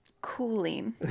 Cooling